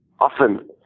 often